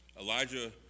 Elijah